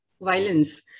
violence